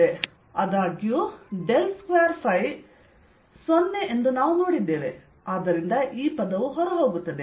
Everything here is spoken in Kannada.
ಆದಾಗ್ಯೂ ಡೆಲ್ ಸ್ಕ್ವೇರ್ ಫೈ 0 ಎಂದು ನಾವು ನೋಡಿದ್ದೇವೆ ಆದ್ದರಿಂದ ಈ ಪದವು ಹೊರಹೋಗುತ್ತದೆ